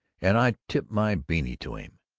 and i tip my benny to him!